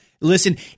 Listen